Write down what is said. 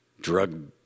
drug